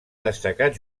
destacat